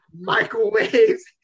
microwaves